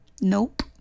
Nope